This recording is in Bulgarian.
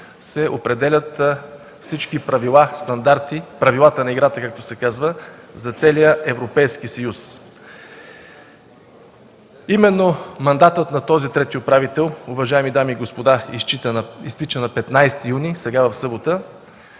се определят всички правила и стандарти, както се казва, „правилата на играта” за целия Европейски съюз. Именно мандатът на този трети управител, уважаеми дами и господа, изтича на 15 юни, сега в събота.